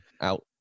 out